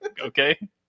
Okay